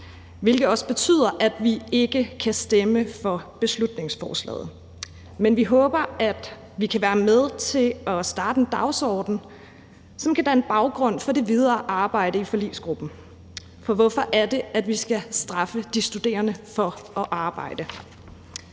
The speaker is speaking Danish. hvilket også betyder, at vi ikke kan stemme for beslutningsforslaget. Men vi håber, at vi kan være med til at starte en dagsorden, som kan danne baggrund for det videre arbejde i forligsgruppen, for hvorfor er det, at vi skal straffe de studerende for at arbejde?